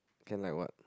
can like what